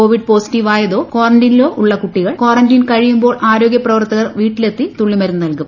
Covid പോസിറ്റീവായതോ ക്വാറന്റൈനിലോ ഉള്ള കുട്ടികൾക്ക് കാറന്റൈൻ കഴിയുമ്പോൾ ആരോഗ്യ പ്രവർത്തകർ വീട്ടിലെത്തി തുള്ളിമരുന്ന് നൽകും